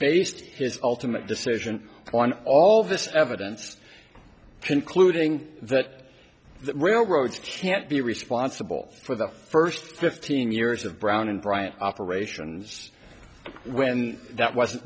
based his ultimate decision on all this evidence concluding that the railroads can't be responsible for the first fifteen years of brown and bryant operations when that was